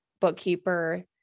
bookkeeper